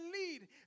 lead